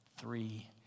three